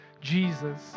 Jesus